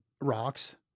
rocks